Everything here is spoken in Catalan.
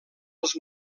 els